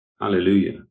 Hallelujah